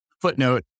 Footnote